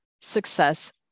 success